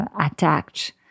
attacked